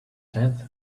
tenth